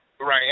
Right